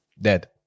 Dead